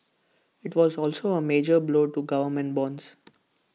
IT was also A major blow to government bonds